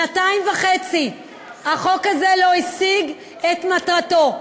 שנתיים וחצי החוק הזה לא השיג את מטרתו.